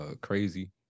crazy